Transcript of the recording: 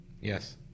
Yes